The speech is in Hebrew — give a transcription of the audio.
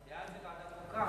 בעד זה ועדת חוקה.